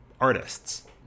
artists